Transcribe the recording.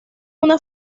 una